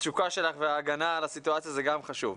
התשוקה שלך בהגנה על הסיטואציה, זה גם חשוב.